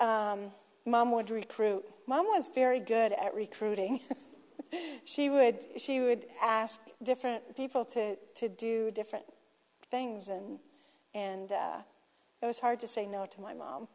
just mom would recruit mom was very good at recruiting she would she would ask different people to to do different things and and it was hard to say no to my mom